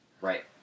Right